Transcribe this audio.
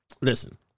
Listen